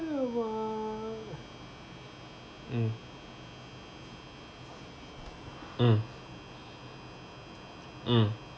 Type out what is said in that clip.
mm mm mm